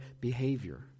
behavior